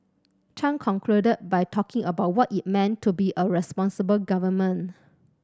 chan concluded by talking about what it meant to be a responsible government